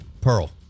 Pearl